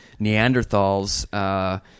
Neanderthals